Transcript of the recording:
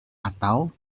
atau